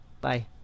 Bye